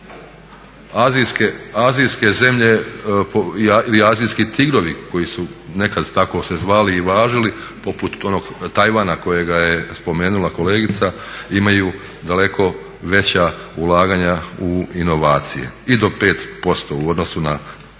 Azijske zemlje ili azijski tigrovi koji su nekad tako se zvali i važili poput onog Tajvana kojega je spomenula kolegica imaju daleko veća ulaganja u inovacije i do 55 u odnosu na BDP.